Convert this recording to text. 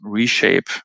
Reshape